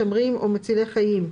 משמרים או מצילי חיים,